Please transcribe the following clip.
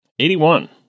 81